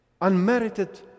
unmerited